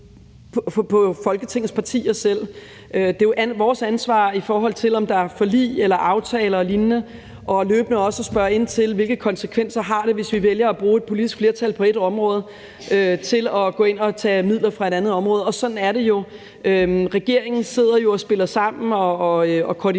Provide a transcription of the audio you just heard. Folketingets partier selv. Det er jo vores ansvar, om der er forlig eller aftaler og lignende og løbende også at spørge ind til, hvilke konsekvenser det har, hvis vi vælger at bruge et politisk flertal på ét område til at gå ind at tage midler fra et andet område. Og sådan er det jo. Regeringen sidder og spiller sammen og koordinerer.